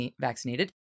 vaccinated